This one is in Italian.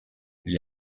gli